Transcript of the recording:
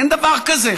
אין דבר כזה,